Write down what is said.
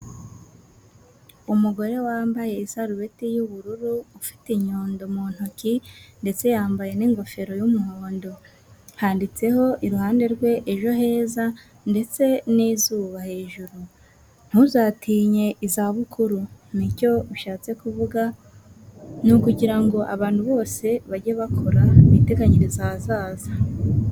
Umugore wambaye isarubeti y'ubururu ufite inyundo mu ntoki ndetse yambaye n'ingofero y'umuhondo handitseho iruhande rwe Ejo heza ndetse n'izuba hejuru ntuzatinye izabukuru nicyo bishatse kuvuga ni ukugira ngo abantu bose bajye bakora biteganyiriza ahazaza.